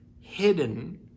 hidden